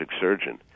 surgeon